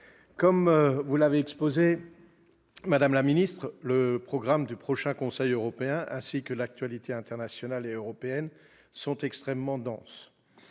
Comme vous l'avez exposé, madame la ministre, le programme du prochain Conseil européen ainsi que l'actualité internationale et européenne sont extrêmement denses.